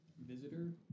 visitor